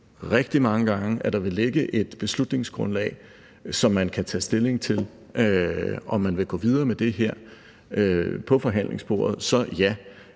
rigtig mange gange, at der vil ligge et beslutningsgrundlag, som man kan tage stilling til, altså i forhold til om man vil gå videre med det her ved forhandlingsbordet. Så ja,